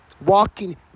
walking